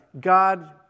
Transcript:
God